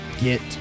get